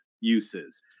uses